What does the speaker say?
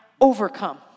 overcome